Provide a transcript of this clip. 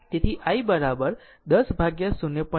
તેથી i 10 ભાગ્યા 0